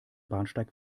bahnsteig